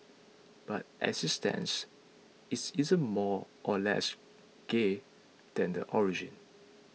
but as it stands it's isn't more or less gay than the origin